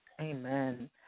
Amen